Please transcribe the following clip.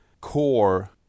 core